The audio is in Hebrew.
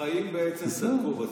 החיים בעצם צדקו בסוף.